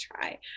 try